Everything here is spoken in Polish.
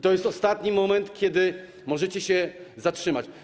To jest ostatni moment, kiedy możecie się zatrzymać.